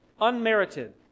unmerited